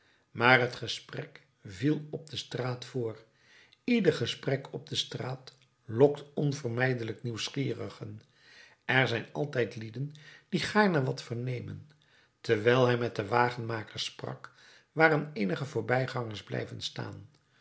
maar het gesprek viel op de straat voor ieder gesprek op de straat lokt onvermijdelijk nieuwsgierigen er zijn altijd lieden die gaarne wat vernemen terwijl hij met den wagenmaker sprak waren eenige voorbijgangers blijven staan